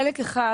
חלק אחד,